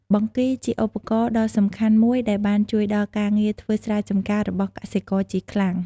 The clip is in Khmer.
បង្គីជាឧបករណ៍ដល់សំខាន់មួយដែលបានជួយដល់ការងារធ្វើស្រែចម្ការរបស់កសិករជាខ្លាំង។